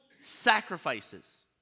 sacrifices